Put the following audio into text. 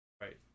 Right